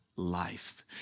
Life